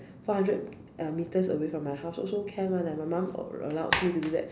four hundred uh metres away from my house also can [one] leh my mom allowed me to do that